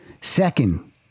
Second